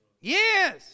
Yes